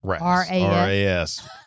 R-A-S